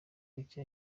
kuki